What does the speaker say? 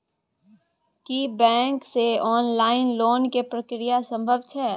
की bank से online loan के प्रक्रिया संभव छै?